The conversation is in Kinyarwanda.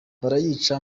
barayica